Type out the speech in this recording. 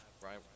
right